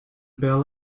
bell